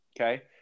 Okay